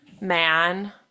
man